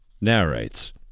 narrates